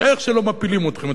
שאיך שלא מפילים אתכם,